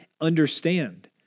understand